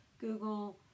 Google